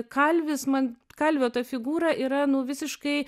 kalvis man kalvio ta figūra yra nu visiškai